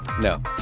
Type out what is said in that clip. No